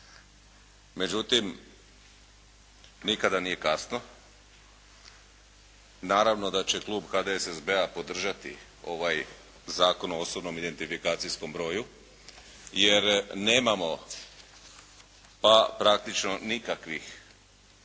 Međutim, nikada nije kasno. Naravno da će klub HDSSB-a podržati ovaj Zakon o osobnom i identifikacijskom broju jer nemamo praktično nikakvih